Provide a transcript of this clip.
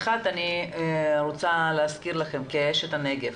אני רוצה להזכיר לכם כאשת הנגב,